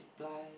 multiply